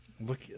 look